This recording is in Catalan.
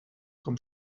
com